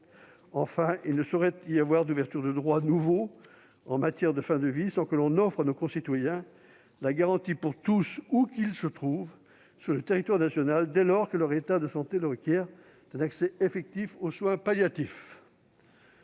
Enfin, il ne saurait y avoir d'ouverture de droits nouveaux en matière de fin de vie sans que l'on offre à nos concitoyens la garantie pour tous, où qu'ils se trouvent sur le territoire national et dès lors que leur état de santé le requiert, d'un accès effectif aux soins palliatifs.